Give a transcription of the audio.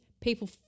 people